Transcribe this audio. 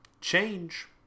change